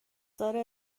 داره